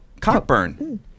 Cockburn